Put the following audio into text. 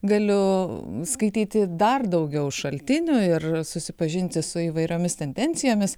galiu skaityti dar daugiau šaltinių ir susipažinti su įvairiomis tendencijomis